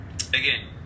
Again